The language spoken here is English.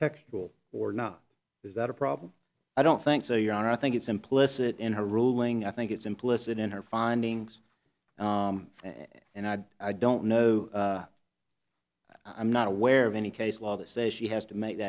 textual or not is that a problem i don't think so your honor i think it's implicit in her ruling i think it's implicit in her findings and i'd i don't know i'm not aware of any case law that says she has to make